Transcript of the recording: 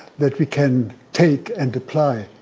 that we can take and apply.